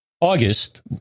August